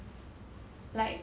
like